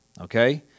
Okay